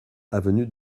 avenue